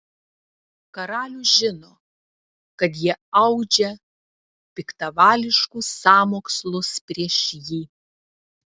karalius žino kad jie audžia piktavališkus sąmokslus prieš jį